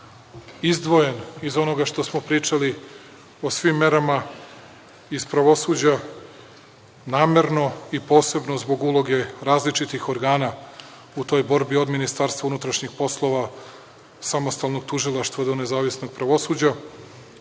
izdvojen iz onoga što smo pričali o svim merama iz pravosuđa, namerno i posebno zbog uloge različitih organa u toj borbi od Ministarstva unutrašnjih poslova, samostalnog tužilaštva do nezavisnog pravosuđa.